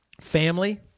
Family